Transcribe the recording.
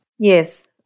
Yes